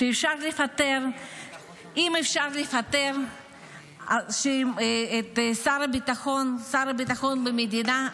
אם אפשר לפטר את שר הביטחון במדינה,